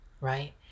right